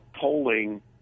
polling –